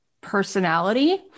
personality